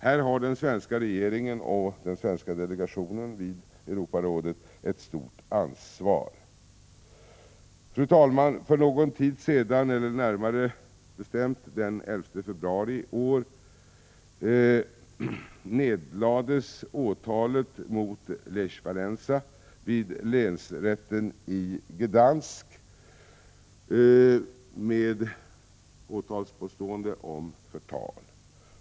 Här har den svenska regeringen och den svenska delegationen vid Europarådet ett stort ansvar. Fru talman! För någon tid sedan, eller närmare bestämt den 11 februari i år, nedlades målet — med åtalspåstående om förtal — mot Lech Walesa vid länsrätten i Gdansk.